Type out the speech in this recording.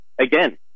again